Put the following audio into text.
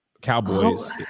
cowboys